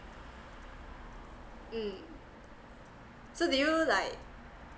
mm so did you like